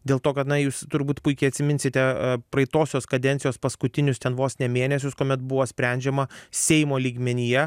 dėl to kad na jūs turbūt puikiai atsiminsite praeitosios kadencijos paskutinius ten vos ne mėnesius kuomet buvo sprendžiama seimo lygmenyje